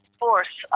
force